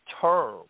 term